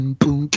boom